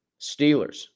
Steelers